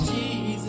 Jesus